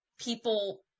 people